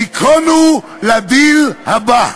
היכונו לדיל הבא.